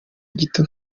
gito